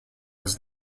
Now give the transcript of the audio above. was